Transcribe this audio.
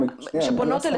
אני אסיים.